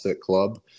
club